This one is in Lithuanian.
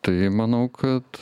tai manau kad